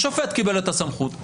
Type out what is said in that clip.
השופט קיבל את הסמכות.